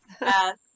Yes